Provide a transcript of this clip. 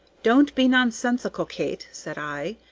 don't be nonsensical, kate! said i.